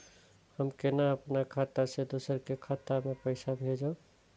हम केना अपन खाता से दोसर के खाता में पैसा भेजब?